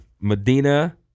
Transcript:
Medina